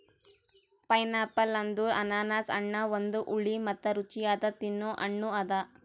pineapple ಅಂದುರ್ ಅನಾನಸ್ ಹಣ್ಣ ಒಂದು ಹುಳಿ ಮತ್ತ ರುಚಿಯಾದ ತಿನ್ನೊ ಹಣ್ಣ ಅದಾ